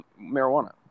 marijuana